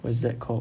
what's that called